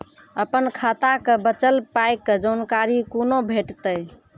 अपन खाताक बचल पायक जानकारी कूना भेटतै?